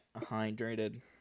hydrated